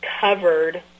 covered